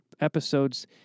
episodes